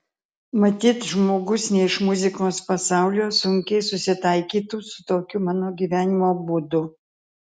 matyt žmogus ne iš muzikos pasaulio sunkiai susitaikytų su tokiu mano gyvenimo būdu